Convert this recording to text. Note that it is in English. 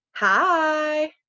Hi